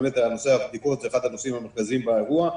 באמת נושא הבדיקות הוא אחד הנושאים המרכזיים באירוע.